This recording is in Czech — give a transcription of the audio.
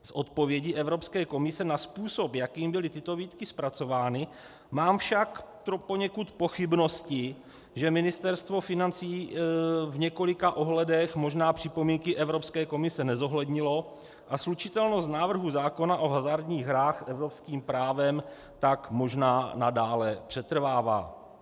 Z odpovědi Evropské komise na způsob, jakým byly tyto výtky zpracovány, mám však poněkud pochybnosti, že Ministerstvo financí v několika ohledech možná připomínky Evropské komise nezohlednilo a slučitelnost návrhu zákona o hazardních hrách s evropským právem tak možná nadále přetrvává.